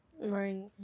Right